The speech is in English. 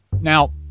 Now